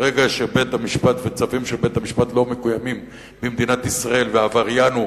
ברגע שצווים של בית-המשפט לא מקוימים במדינת ישראל והעבריין הוא